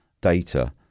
data